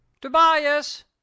Tobias